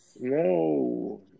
No